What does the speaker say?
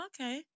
Okay